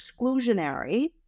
exclusionary